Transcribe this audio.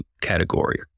category